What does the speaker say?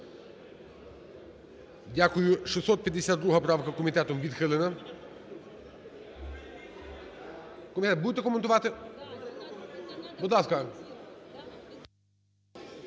Дякую. 652 правка комітетом відхилена. Колеги, будете коментувати? Будь ласка.